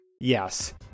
Yes